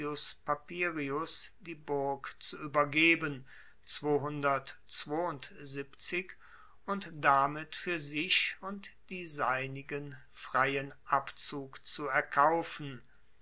papirius die burg zu uebergeben und damit fuer sich und die seinigen freien abzug zu erkaufen